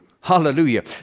Hallelujah